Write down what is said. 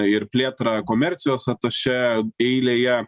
ir plėtrą komercijos atašė eilėje